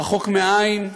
רחוק מהעין,